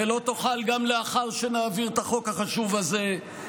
ולא תוכל גם לאחר שנעביר את החוק החשוב הזה,